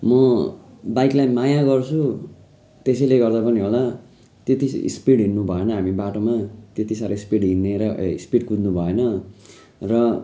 म बाइकलाई माया गर्छु त्यसैले गर्दा पनि होला त्यति स्पिड हिँड्नु भएन हामी बाटोमा त्यति साह्रो स्पिड हिँडेर स्पिड कुद्नु भएन र